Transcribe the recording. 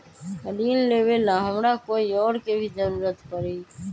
ऋन लेबेला हमरा कोई और के भी जरूरत परी?